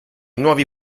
nuovi